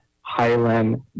Highland